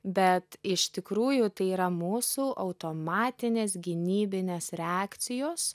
bet iš tikrųjų tai yra mūsų automatinės gynybinės reakcijos